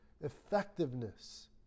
effectiveness